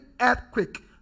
earthquake